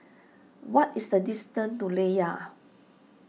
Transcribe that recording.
what is the distance to Layar